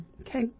Okay